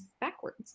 backwards